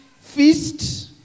feast